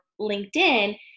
LinkedIn